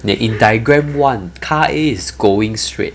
they in diagram one car A is going straight